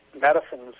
medicines